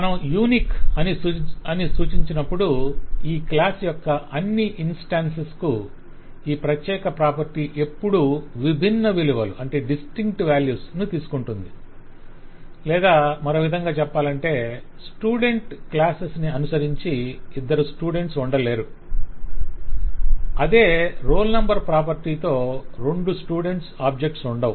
మనం యూనిక్ అని సూచించినప్పుడు ఈ క్లాస్ యొక్క అన్నీ ఇన్స్టాన్సస్ కు ఈ ప్రత్యేక ప్రాపర్టీ ఎప్పుడూ విభిన్న విలువలను తీసుకుంటుంది లేదా మరో విధంగా చెప్పాలంటే స్టూడెంట్ క్లాస్ ని అనుసరించి ఇద్దరు స్టూడెంట్స్ ఉండలేరు అదే రోల్ నెంబర్ ప్రాపర్టీ తో రెండు స్టూడెంట్ ఆబ్జెక్ట్స్ ఉండవు